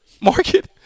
market